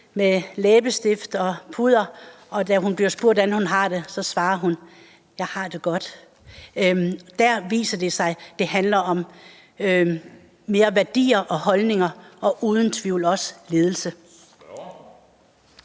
med læbestift og pudder, og når hun bliver spurgt, hvordan hun har det, så svarer hun: Jeg har det godt – så viser det, at det mere drejer sig om værdier og holdninger og uden tvivl også ledelse.